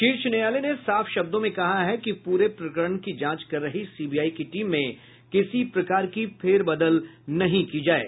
शीर्ष न्यायालय ने साफ शब्दों में कहा कि पूरे प्रकरण की जांच कर रही सीबीआई की टीम में किसी प्रकार की फेरबदल नहीं की जाये